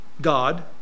God